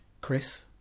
Chris